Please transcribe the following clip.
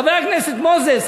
חבר הכנסת מוזס,